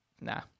Nah